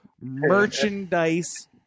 merchandise